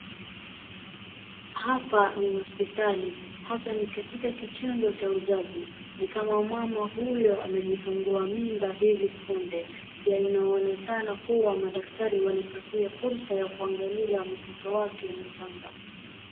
Hapa ni hospitali, hasa ni katika kichengo cha uzazi. Ni kama mama huyo amejifungua mimba hivi punde. Pia inaonekana kuwa madaktari walipatia fursa ya kuangalia mtoto wake mchanga.